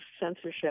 censorship